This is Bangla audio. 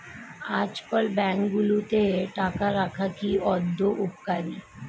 আজকাল ব্যাঙ্কগুলোতে টাকা রাখা কি আদৌ উপকারী?